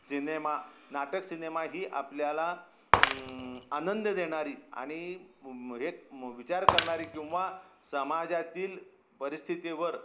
cinema नाटक cinema ही आपल्याला आनंद देणारी आणि हे विचार करणारी किंवा समाजातील परिस्थितीवर